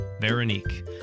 Veronique